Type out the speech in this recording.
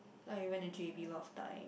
like we went to J_B last time